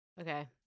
okay